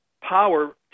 power